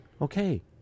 okay